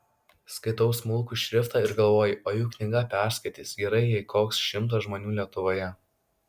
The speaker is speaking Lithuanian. skaitau smulkų šriftą ir galvoju o juk knygą perskaitys gerai jei koks šimtas žmonių lietuvoje